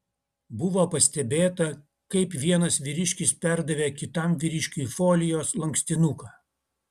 buvo pastebėta kaip vienas vyriškis perdavė kitam vyriškiui folijos lankstinuką